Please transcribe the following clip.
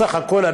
בסך הכול,